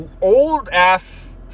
Old-ass